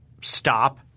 stop